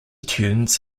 tunes